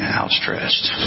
outstretched